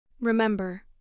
Remember